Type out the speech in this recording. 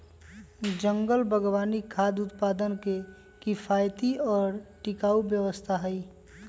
जंगल बागवानी खाद्य उत्पादन के किफायती और टिकाऊ व्यवस्था हई